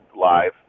live